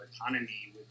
autonomy